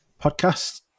podcast